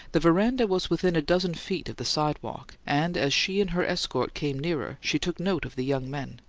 the veranda was within a dozen feet of the sidewalk, and as she and her escort came nearer, she took note of the young men,